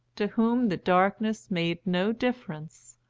to whom the darkness made no difference,